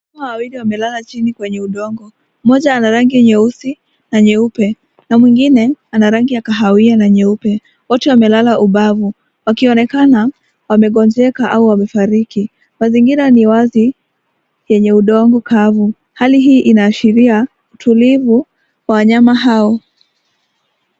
Ng'ombe wawili wamelala chini kwenye udongo, mmoja ana rangi nyeusi na nyeupe, na mwingina ana rangi ya kahawia na nyeupe, wote wamelala ubavu, wakionekana wamegonjeka au wamefariki mazngira ni wazi yenye udongo kavu, hali hii inaashiria utulivu wa wanyama hao.